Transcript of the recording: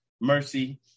mercy